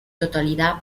totalidad